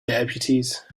deputies